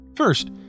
First